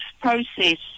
process